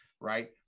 right